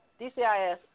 DCIS